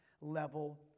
level